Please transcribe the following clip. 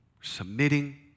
submitting